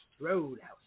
Roadhouse